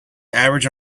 average